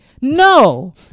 no